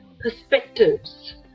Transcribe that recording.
perspectives